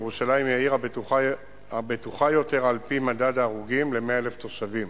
ירושלים היא העיר הבטוחה יותר על-פי מדד ההרוגים ל-100,000 תושבים.